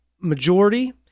majority